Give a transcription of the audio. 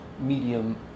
medium